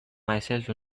myself